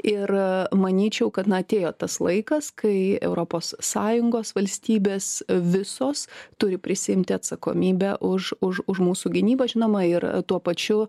ir manyčiau kad na atėjo tas laikas kai europos sąjungos valstybės visos turi prisiimti atsakomybę už už už mūsų gynybą žinoma ir tuo pačiu